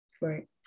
Right